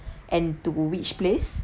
and to which place